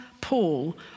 Paul